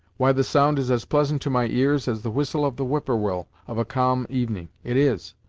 why the sound is as pleasant to my ears as the whistle of the whippoorwill of a calm evening it is.